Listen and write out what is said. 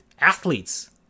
athletes